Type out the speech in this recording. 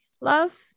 love